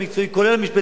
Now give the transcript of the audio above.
כולל המשפטנים,